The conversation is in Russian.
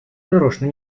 нарочно